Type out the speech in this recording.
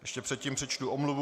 Ještě předtím přečtu omluvu.